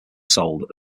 sold